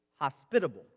Hospitable